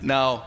Now